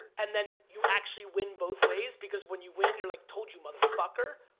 and then you actually win both ways because when you win you're like told you motherfucker,